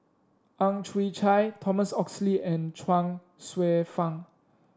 Ang Chwee Chai Thomas Oxley and Chuang Hsueh Fang